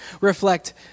reflect